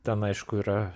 ten aišku yra